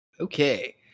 Okay